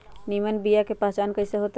निमन बीया के पहचान कईसे होतई?